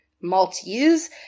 Maltese